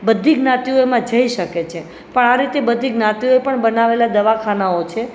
બધી જ્ઞાતિઓ એમાં જઈ શકે છે પણ આ રીતે બધી જ્ઞાતિઓએ પણ બનાવેલા દવાખાનાઓ છે